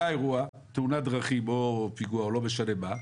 היה אירוע, תאונת דרכים, פיגוע או לא משנה מה,